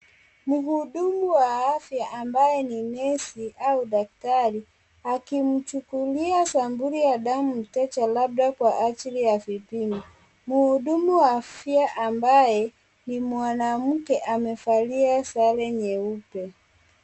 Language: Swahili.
Mhudumu wa afya ambaye ni nesi au daktari akimchukulia sampuli ya damu mteja labda kwa ajili ya vipimo, mhudumu wa afya ambaye ni mwanake amevalia sare nyeupe.